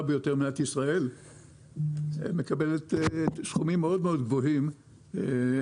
ביותר במדינת ישראל מקבל סכומים גבוהים מאוד,